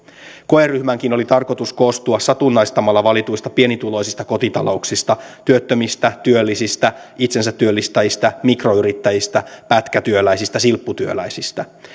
koeryhmänkin oli tarkoitus koostua satunnaistamalla valituista pienituloisista kotitalouksista työttömistä työllisistä itsensätyöllistäjistä mikroyrittäjistä pätkätyöläisistä silpputyöläisistä